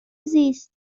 زیست